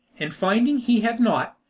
and finding he had not,